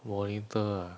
monitor ah